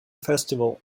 festival